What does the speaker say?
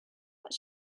what